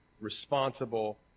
responsible